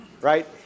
right